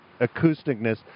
acousticness